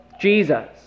Jesus